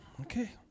Okay